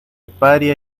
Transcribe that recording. paria